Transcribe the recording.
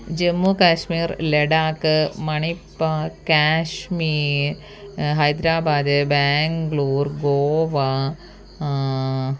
Jammu Kashmir Ladakh Manipal Kashmir Hyderabad Bangalore Goa